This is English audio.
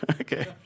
Okay